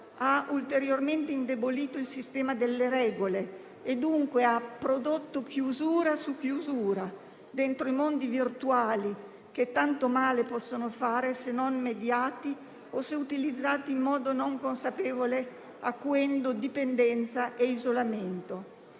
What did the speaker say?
ha ulteriormente indebolito il sistema delle regole e, dunque, ha prodotto chiusura su chiusura dentro i mondi virtuali, che tanto male possono fare, se non mediati o se utilizzati in modo non consapevole, acuendo dipendenza e isolamento.